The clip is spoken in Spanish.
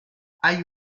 hay